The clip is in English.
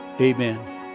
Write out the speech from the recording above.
Amen